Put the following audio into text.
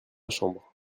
chambre